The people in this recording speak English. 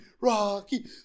rocky